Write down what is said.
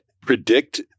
predict